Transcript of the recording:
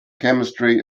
chemistry